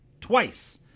twice